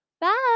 Bye